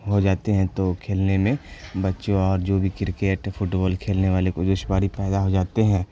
ہو جاتے ہیں تو کھیلنے میں بچوں اور جو بھی کرکٹ فٹ بال کھیلنے والے کو دشواری پیدا ہو جاتے ہیں